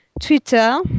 Twitter